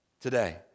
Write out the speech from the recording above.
today